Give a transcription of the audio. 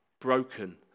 broken